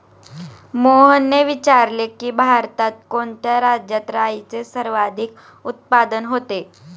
मोहनने विचारले की, भारतात कोणत्या राज्यात राईचे सर्वाधिक उत्पादन होते?